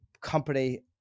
company